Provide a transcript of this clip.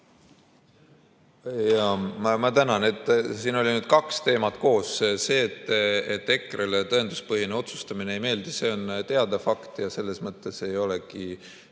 Ma tänan! Siin oli nüüd kaks teemat koos. See, et EKRE-le tõenduspõhine otsustamine ei meeldi, on teada fakt ja selles mõttes ei ole